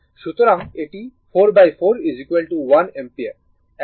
সুতরাং এটি 44 1 অ্যাম্পিয়ার এখন এটি iS1 অ্যাম্পিয়ার হবে